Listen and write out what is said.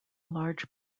large